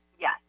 Yes